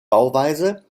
bauweise